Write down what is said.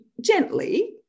gently